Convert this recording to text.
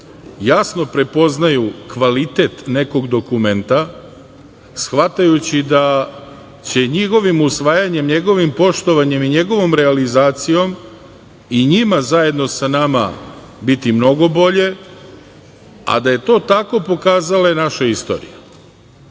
jasno prepoznaju kvalitet nekog dokumenta, shvatajući da će njegovim usvajanjem, njegovim poštovanjem i njegovom realizacijom i njima zajedno sa nama biti mnogo bolje, a da je to tako pokazala je naša istorija.